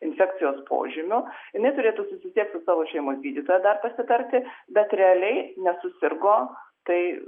infekcijos požymių jinai turėtų susisiekti su savo šeimos gydytoja dar pasitarti bet realiai nesusirgo tai